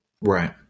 Right